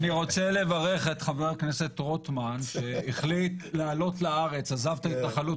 אני רוצה לברך את חבר הכנסת רוטמן שהחליט לעלות לארץ עזב את ההתנחלות